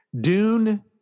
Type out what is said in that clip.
Dune